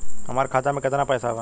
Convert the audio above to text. हमार खाता में केतना पैसा बा?